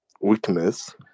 weakness